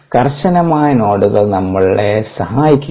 കർശനമായ നോഡുകൾ നമ്മളെ സഹായിക്കില്ല